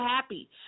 happy